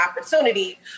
opportunity